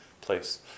place